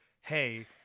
hey